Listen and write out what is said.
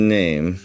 name